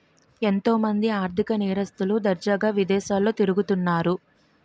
ఎంతో మంది ఆర్ధిక నేరస్తులు దర్జాగా విదేశాల్లో తిరుగుతన్నారు